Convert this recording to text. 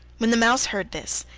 when the mouse heard this,